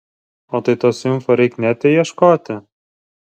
o tai tos info reik nete ieškoti